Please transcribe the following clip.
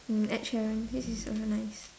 mm ed sheeran his is also nice